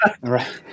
right